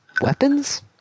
weapons